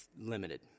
limited